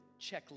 checklist